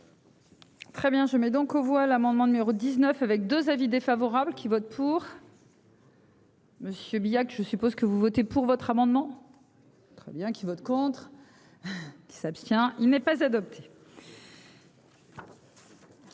Très bien je mets donc aux voix l'amendement numéro 19 avec 2 avis défavorables qui vote pour. Monsieur Biya, je suppose que vous votez pour votre amendement. Très bien, qui votent contre. Qui s'abstient. Il n'est pas adopté.